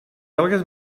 algues